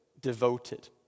devoted